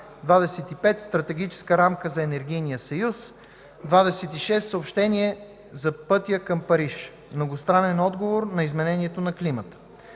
25. Стратегическа рамка за енергийния съюз. 26. Съобщение за пътя към Париж – многостранен отговор на изменението на климата.